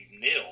nil